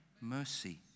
mercy